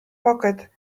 pocket